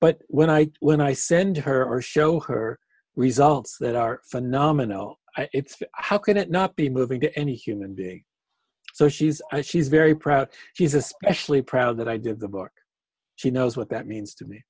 but when i when i send her or show her results that are phenomenal it's how can it not be moving to any human being so she's a she's very proud she's especially proud that i did the book she knows what that means to me